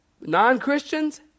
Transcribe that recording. non-Christians